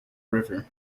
river